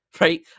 right